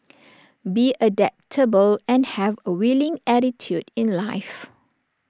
be adaptable and have A willing attitude in life